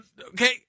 Okay